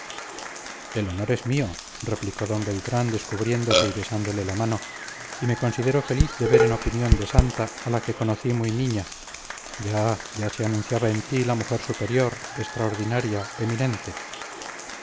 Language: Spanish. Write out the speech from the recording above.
el honor es mío replicó d beltrán descubriéndose y besándole la mano y me considero feliz de ver en opinión de santa a la que conocí muy niña ya ya se anunciaba en ti la mujer superior extraordinaria eminente